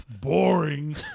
Boring